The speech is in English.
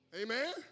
Amen